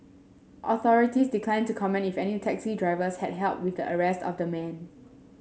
authorities declined to comment if any taxi drivers had help with the arrest of the man